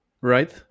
Right